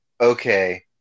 okay